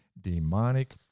demonic